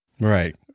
Right